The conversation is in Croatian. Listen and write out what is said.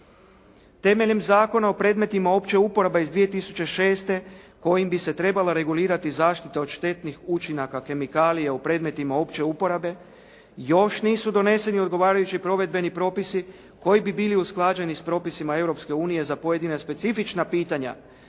Temeljem Zakona o predmetima opće uporabe iz 2006. kojim bi se trebala regulirati zaštita od štetnih učinaka kemikalija u predmetima opće uporabe još nisu doneseni odgovarajući provedbeni propisi koji bi bili usklađeni s propisima Europske unije za pojedine specifična pitanja,